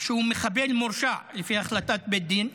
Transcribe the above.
שהוא מחבל מורשע לפי החלטת בית דין,